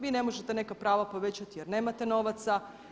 Vi ne možete neka prava povećati jer nemate novaca.